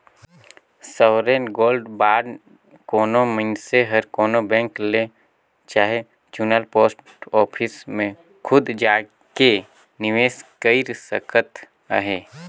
sovereign gold bond कोनो मइनसे हर कोनो बेंक ले चहे चुनल पोस्ट ऑफिस में खुद जाएके निवेस कइर सकत अहे